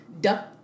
duck